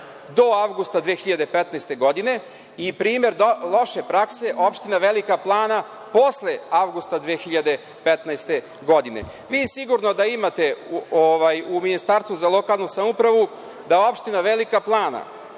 do avgusta 2015. godine i primer loše prakse opštine Velika Plana posle avgusta 2015. godine. Sigurno da imate u Ministarstvu za lokalnu samoupravu da opština Velika Plana